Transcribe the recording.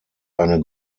eine